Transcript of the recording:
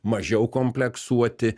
mažiau kompleksuoti